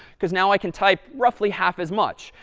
because now i can type roughly half as much.